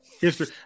history